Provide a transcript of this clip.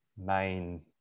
main